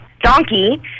donkey